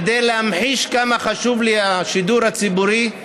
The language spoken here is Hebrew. כדי להמחיש כמה חשוב לי השידור הציבורי,